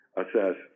assess